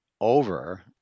over